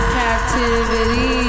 captivity